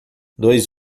dois